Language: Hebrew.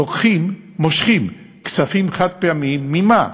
לוקחים, מושכים כספים חד-פעמיים, ממה?